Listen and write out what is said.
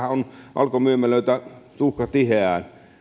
on alkon myymälöitä tuhka tiheään